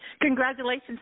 congratulations